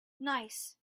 nice